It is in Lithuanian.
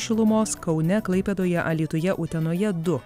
šilumos kaune klaipėdoje alytuje utenoje du